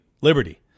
liberty